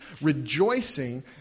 rejoicing